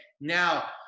Now